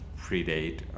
predate